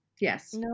Yes